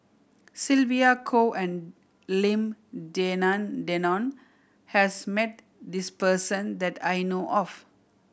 Sylvia Kho and Lim Denan Denon has met this person that I know of